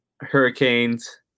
Hurricanes